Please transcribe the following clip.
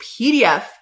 PDF